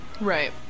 Right